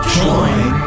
join